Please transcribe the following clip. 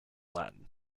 latin